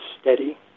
steady